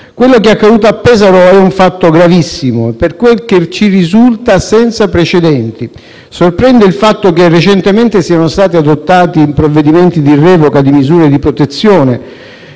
Quello che è accaduto a Pesaro è un fatto gravissimo e, per quel che risulta, senza precedenti. Sorprende il fatto che recentemente siano stati adottati provvedimenti di revoca di misure di protezione